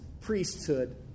priesthood